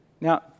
Now